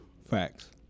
Facts